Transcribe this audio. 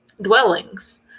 dwellings